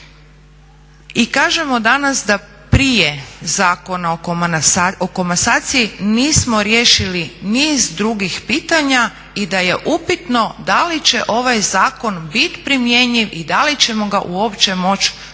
I kažemo danas da prije Zakona o komasaciji nismo riješili niz drugih pitanja i da je upitno da li će ovaj zakon bit primjenjiv i da li ćemo ga uopće moći provodit